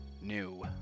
new